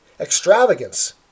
extravagance